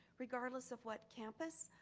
regardless of what campus,